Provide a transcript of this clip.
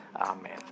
Amen